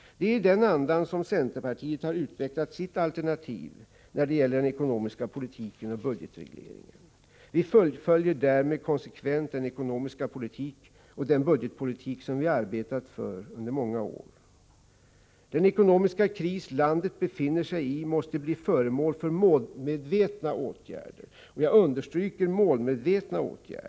Det är i den andan som centerpartiet har utvecklat sina alternativ när det gäller den ekonomiska politiken och budgetregleringen. Vi fullföljer därmed konsekvent den ekonomiska politik och den budgetpolitik som vi har arbetat för under många år. Den ekonomiska kris som landet befinner sig i måste bli föremål för målmedvetna åtgärder. Jag understryker ordet målmedvetna.